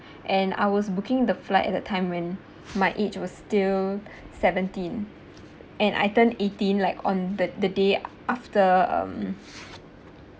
and I was booking the flight at that time when my age was still seventeen and I turned eighteen like on the the day after um